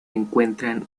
encuentran